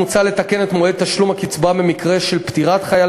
מוצע לתקן את מועד תשלום הקצבה במקרה של פטירת חייל